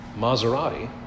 Maserati